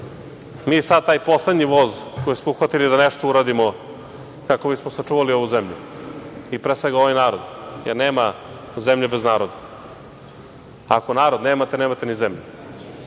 mi sada taj poslednji voz koji smo uhvatili da nešto uradimo kako bismo sačuvali ovu zemlju, i pre svega ovaj narod, jer nema zemlje bez naroda. Ako narod nemate nema te ni zemlju,